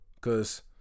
cause